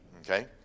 okay